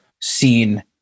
seen